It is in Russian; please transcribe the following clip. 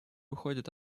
уходит